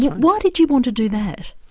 why did you want to do that?